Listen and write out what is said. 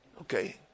Okay